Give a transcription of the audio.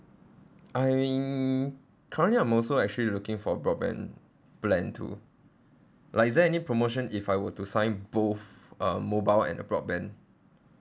I'm currently I'm also actually looking for a broadband plan too like is there any promotion if I were to sign both uh mobile and a broadband